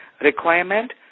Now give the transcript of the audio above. Requirement